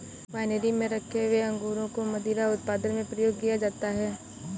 winery में रखे हुए अंगूरों को मदिरा उत्पादन में प्रयोग किया जाता है